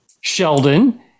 Sheldon